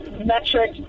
Metric